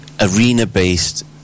arena-based